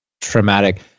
traumatic